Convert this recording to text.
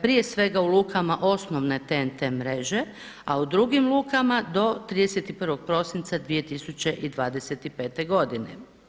Prije svega u lukama osnovne TNT mreže a u drugim lukama do 31. prosinca 20125. godine.